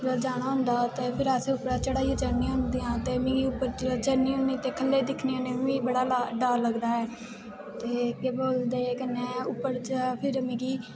पैदल जाना होंदा ते फिर असें उप्पर चढ़ाइयां चढ़नियां होंदियां ते मिगी उप्पर जिसलै जन्नी होन्नीं ते 'ल्ले दिक्खनी होन्नीं ते मिगी बड़ा डर लगदा ऐ ते केह् बोलदे कन्नै उप्पर फिर मिगी